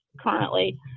currently